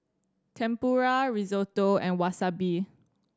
Tempura Risotto and Wasabi